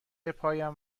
پایم